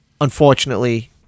unfortunately